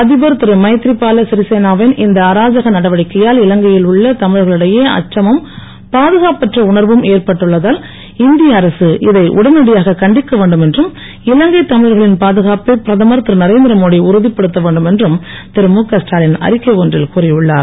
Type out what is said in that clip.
அதிபர் திரு மைத்ரிபாலா சிறிசேனாவின் இந்த அராஜக நடவடிக்கையால் இலங்கையில் உள்ள தமிழர்களிடையே அச்சமும் பாதுகாப்பற்ற உணர்வும் ஏற்பட்டுள்ளதால் இந்திய அரசு இதை உடனடியாக கண்டிக்க வேண்டும் என்றும் இலங்கை தமிழர்களின் பாதுகாப்பை பிரதமர் திரு நரேந்திரமோடி உறுதிப்படுத்த வேண்டும் என்றும் திரு முக ஸ்டாலின் அறிக்கை ஒன்றில் கூறி உள்ளார்